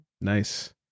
Nice